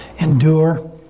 endure